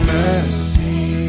mercy